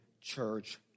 church